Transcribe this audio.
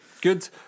Good